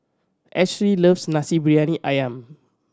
Ashlee loves Nasi Briyani Ayam